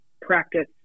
practice